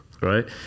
right